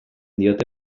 diote